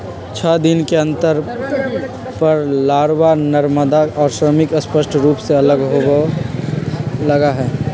छः दिन के अंतर पर लारवा, नरमादा और श्रमिक स्पष्ट रूप से अलग होवे लगा हई